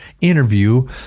interview